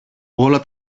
όλα